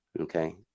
okay